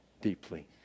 deeply